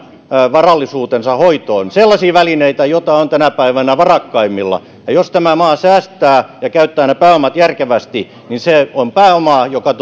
varallisuutensa hoitoon sellaisia välineitä joita on tänä päivänä varakkaimmilla ja jos tämä maa säästää ja käyttää ne pääomat järkevästi niin se on pääomaa joka